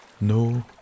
No